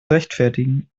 rechtfertigen